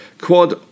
Quad